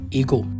ego